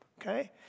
okay